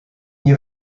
nie